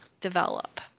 develop